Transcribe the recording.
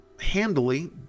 handily